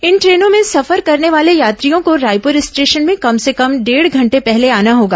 इन ट्रेनों में सफर करने वाले यात्रियों को रायपुर स्टेशन में कम से कम डेढ़ घंटे पहले आना होगा